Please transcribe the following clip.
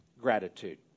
gratitude